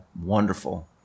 wonderful